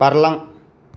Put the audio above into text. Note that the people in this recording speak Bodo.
बारलां